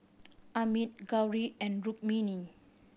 Amit Gauri and Rukmini